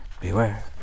beware